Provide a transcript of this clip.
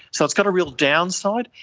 so it's got a real downside.